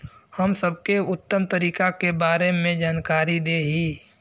हम सबके उत्तम तरीका के बारे में जानकारी देही?